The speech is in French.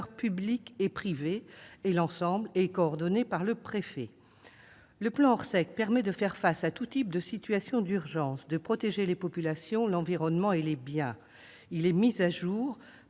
publics et privés. L'ensemble est coordonné par le préfet. Le plan Orsec permet de faire face à tous types de situations d'urgence, de protéger les populations, l'environnement et les biens. Il est mis à jour par